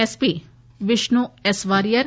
SP Vishnu S warrior